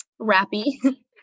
rappy